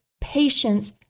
patience